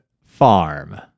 Farm